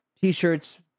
t-shirts